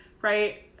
right